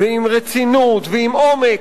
עם רצינות ועם עומק,